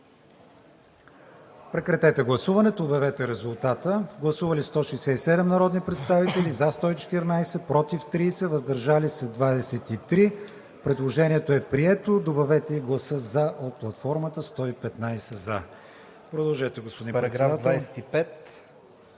предишното гласуване, да се добави за и към този. Гласували 167 народни представители: за 114, против 30, въздържали се 23. Предложението е прието. Добавете и гласа за от платформата – 115 за. Продължете, господин Василев.